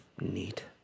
neat